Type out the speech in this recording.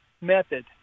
method